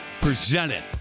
presented